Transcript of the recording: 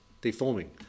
Deforming